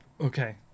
okay